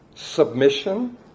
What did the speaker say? Submission